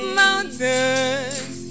mountains